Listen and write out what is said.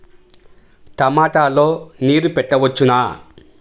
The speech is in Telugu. టమాట లో నీరు పెట్టవచ్చునా?